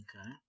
Okay